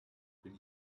bin